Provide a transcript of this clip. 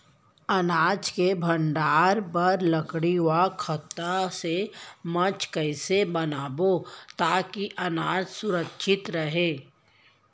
अनाज के भण्डारण बर लकड़ी व तख्ता से मंच कैसे बनाबो ताकि अनाज सुरक्षित रहे?